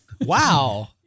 Wow